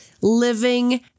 living